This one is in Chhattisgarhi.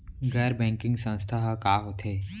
गैर बैंकिंग संस्था ह का होथे?